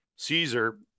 caesar